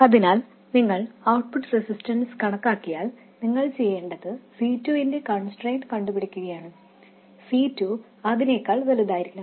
അതിനാൽ നിങ്ങൾ output resistance കണക്കാക്കിയാൽ നിങ്ങൾ ചെയ്യേണ്ടത് C2 ന്റെ കൺസ്ട്രെയിന്റ് കണ്ടുപിടിക്കുകയാണ് C2 അതിനേക്കാൾ വലുതായിരിക്കണം